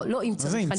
לא אם צריך.